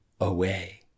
away